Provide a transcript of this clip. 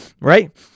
right